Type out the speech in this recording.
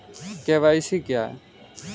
KYC क्या है?